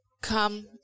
come